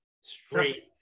straight